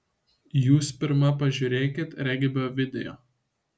jūs pirma pažiūrėkit regbio video